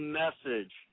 message